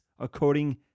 According